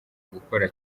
gukora